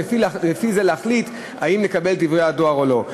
ולפי זה להחליט אם לקבל את דברי הדואר או לא.